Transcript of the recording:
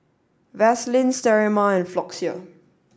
Vaselin Sterimar and Floxia